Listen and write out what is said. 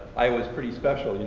i was pretty special. you know,